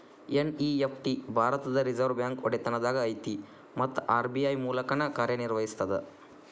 NEFT ಭಾರತದ್ reserve bank ಒಡೆತನದಾಗ ಐತಿ ಮತ್ತ ಆರ್.ಬಿ.ಐ ಮೂಲಕನ ಕಾರ್ಯನಿರ್ವಹಿಸ್ತದ